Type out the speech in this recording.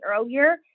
earlier